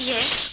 Yes